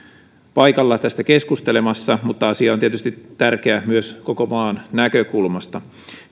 paikalla tästä keskustelemassa mutta asia on tietysti tärkeä myös koko maan näkökulmasta